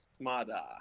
Smada